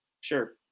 Sure